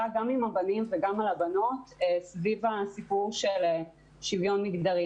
גם עם הבנות וגם עם הבנים סביב השוויון המגדרי.